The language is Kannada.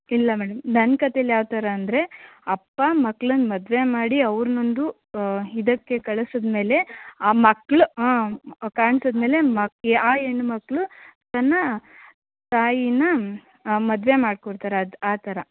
ಇಲ್ಲ ಮೇಡಮ್ ನನ್ನ ಕತೆಲಿ ಯಾವ ಥರ ಅಂದರೆ ಅಪ್ಪ ಮಕ್ಳನ್ನು ಮದುವೆ ಮಾಡಿ ಅವ್ರನ್ನೊಂದು ಇದಕ್ಕೆ ಕಳ್ಸಿದ ಮೇಲೆ ಆ ಮಕ್ಳು ಹಾಂ ಕಾಣ್ಸಿದ ಮೇಲೆ ಮ ಆ ಹೆಣ್ಣುಮಕ್ಳು ತನ್ನ ತಾಯಿನ ಮದುವೆ ಮಾಡಿಕೊಡ್ತಾರೆ ಅದು ಆ ಥರ